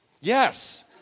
Yes